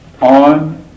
on